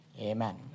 amen